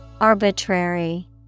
Arbitrary